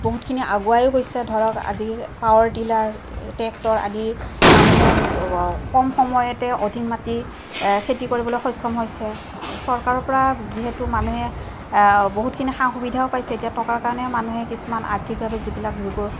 বহুতখিনি আগুৱাইয়ো গৈছে ধৰক আজি পাৱাৰটিলাৰ ট্ৰেক্টৰ আদি মানুহে কম সময়তে অধিক মাটি খেতি কৰিবলৈ সক্ষম হৈছে চৰকাৰৰ পৰা যিহেতু মানুহে বহুতখিনি সা সুবিধাও পাইছে এতিয়া টকাৰ কাৰণে মানুহে কিছুমান আৰ্থিকভাৱে যিবিলাক